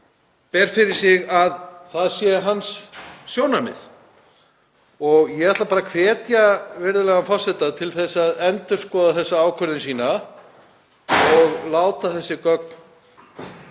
ber fyrir sig að það sé hans sjónarmið. Ég ætla bara að hvetja virðulegan forseta til að endurskoða þessa ákvörðun sína og láta þessi koma